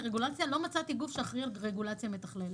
לא מצאתי גוף שאחראי על רגולציה מתכללת.